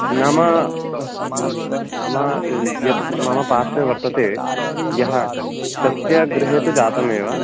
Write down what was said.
नाम नाम यद् मम पार्श्वे वर्तते यः तस्य गृहे तु जातम् एव